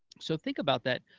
so think about that.